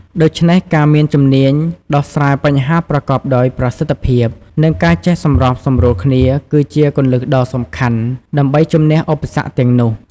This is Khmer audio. ដូច្នេះ ការមានជំនាញដោះស្រាយបញ្ហាប្រកបដោយប្រសិទ្ធភាព និងការចេះសម្របសម្រួលគ្នា គឺជាគន្លឹះដ៏សំខាន់ដើម្បីជម្នះឧបសគ្គទាំងនោះ។